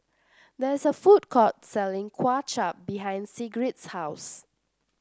there is a food court selling Kuay Chap behind Sigrid's house